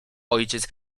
ojciec